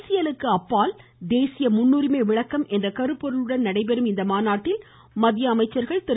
அரசியலுக்கு அப்பால் தேசிய முன்னுரிமை விளக்கம் என்ற கருப்பொருளுடன் நடைபெறும் இம்மாநாட்டில் மத்திய திரு